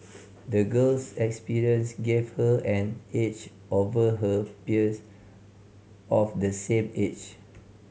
the girl's experience gave her an edge over her peers of the same age